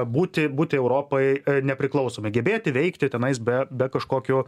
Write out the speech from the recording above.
būti būti europai nepriklausomi gebėti veikti tenais be be kažkokių